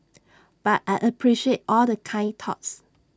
but I appreciate all the kind thoughts